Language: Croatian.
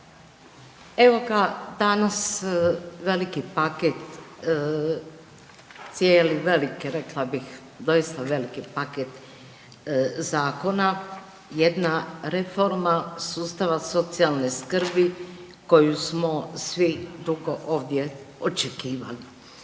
evo ga danas veliki paket cijeli velike rekla bih doista veliki paket zakona jedna reforma sustava socijalne skrbi koju smo svi dugo ovdje očekivali.